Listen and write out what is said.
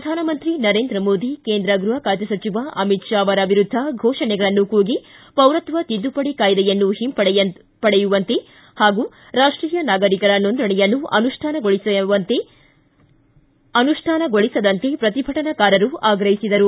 ಪ್ರಧಾನಮಂತ್ರಿ ನರೇಂದ್ರ ಮೋದಿ ಕೇಂದ್ರ ಗೃಹ ಬಾತೆ ಸಚವ ಅಮಿತ್ ಶಾ ಅವರ ವಿರುದ್ಧ ಘೋಷಣೆಗಳನ್ನು ಕೂಗಿ ಪೌರತ್ವ ತಿದ್ದುಪಡಿ ಕಾಯ್ದೆಯನ್ನು ಹಿಂಪಡೆಯುವಂತೆ ಹಾಗೂ ರಾಷ್ಟೀಯ ನಾಗರಿಕರ ನೋಂದಣಿಯನ್ನು ಅನುಷ್ಠಾನಗೊಳಿಸದಂತೆ ಪ್ರತಿಭಟನಾಕಾರರು ಆಗ್ರಹಿಸಿದರು